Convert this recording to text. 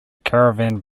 caravan